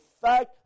fact